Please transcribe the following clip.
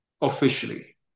officially